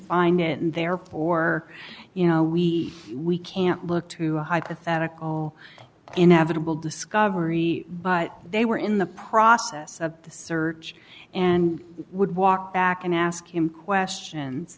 find it and therefore you know we we can't look to a hypothetical inevitable discovery but they were in the process of the search and would walk back and ask him questions